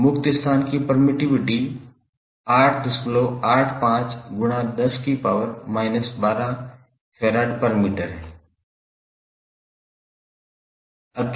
मुक्त स्थान की परमिटिविटी 885 x 10 12 Fm है